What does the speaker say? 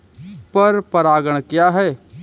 पर परागण क्या है?